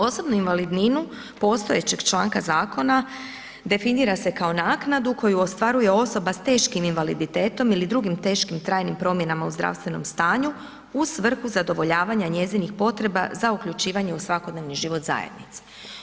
Osobnu invalidninu postojećeg članka zakona definira se kao naknadu koju ostvaruje osoba s teškim invaliditetom ili drugim teškim trajnim promjenama u zdravstvenom stanju u svrhu zadovoljavanja njezinih potreba za uključivanje u svakodnevni život zajednice.